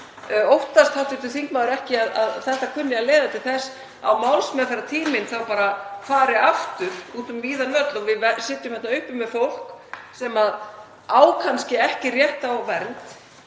Óttast hv. þingmaður ekki að þetta kunni að leiða til þess að málsmeðferðartíminn fari þá bara aftur út um víðan völl og við sitjum uppi með fólk sem á kannski ekki rétt á vernd,